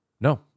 No